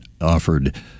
offered